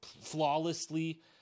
flawlessly